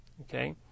Okay